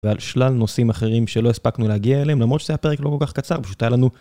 ועל שלל נושאים אחרים שלא הספקנו להגיע אליהם למרות שזה היה פרק לא כל כך קצר פשוט היה לנו.